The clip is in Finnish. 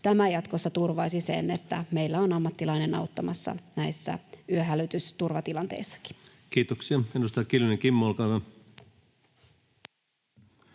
tämä jatkossa turvaisi sen, että meillä on ammattilainen auttamassa näissä yöhälytysturvatilanteissakin. Kiitoksia. — Edustaja Kiljunen, Kimmo, olkaa hyvä.